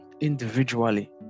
individually